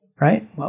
right